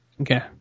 okay